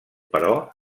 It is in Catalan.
però